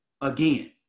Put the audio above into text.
again